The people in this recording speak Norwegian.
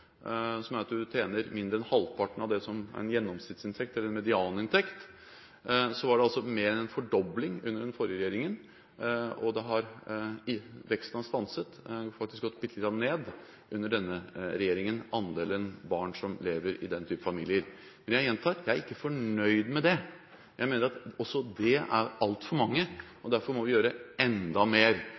som er når du tjener mindre enn halvparten av en gjennomsnittsinntekt eller en medianinntekt, var det mer enn en fordobling under den forrige regjeringen. Veksten har stanset – andelen barn som lever i den type familier, har faktisk gått bitte lite grann ned under denne regjeringen. Men jeg gjentar: Jeg er ikke fornøyd med det. Jeg mener at også det er altfor mange, og derfor må vi gjøre enda mer.